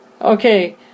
Okay